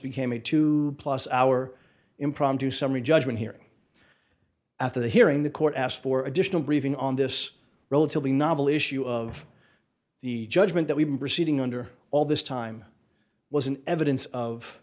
became a two plus hour impromptu summary judgment hearing at the hearing the court asked for additional briefing on this relatively novel issue of the judgment that we've been proceeding under all this time was an evidence of